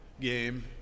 game